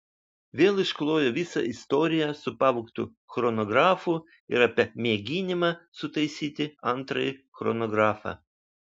vėl išklojo visą istoriją su pavogtu chronografu ir apie mėginimą sutaisyti antrąjį chronografą